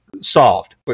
solved